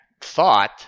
thought